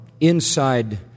Inside